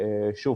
שוב,